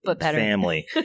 family